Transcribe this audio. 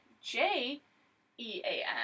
J-E-A-N